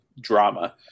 drama